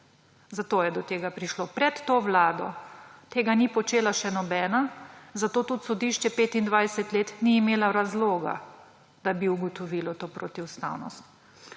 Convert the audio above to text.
Zato je do tega prišlo. Pred to vlado tega ni počela še nobena, zato tudi sodišče 25 let ni imelo razloga, da bi ugotovilo to protiustavnost.